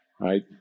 right